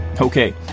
Okay